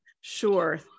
Sure